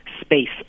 space